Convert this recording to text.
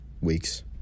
weeks